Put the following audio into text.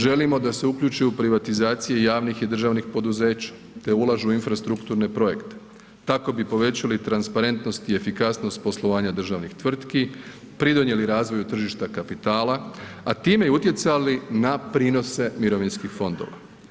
Želimo da se uključe u privatizacije javnih i državnih poduzeća te ulažu u infrastrukturne projekte, tako bi povećali transparentnost i efikasnost poslovanja državnih tvrtki, pridonijeli razvoju tržišta kapitala a time i utjecali na prinose mirovinskih fondova.